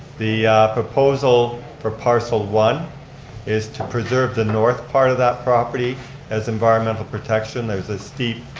the proposal for parcel one is to preserve the north part of that property as environmental protection. there's a steep,